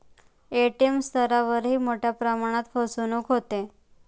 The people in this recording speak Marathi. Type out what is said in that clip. ए.टी.एम स्तरावरही मोठ्या प्रमाणात फसवणूक होते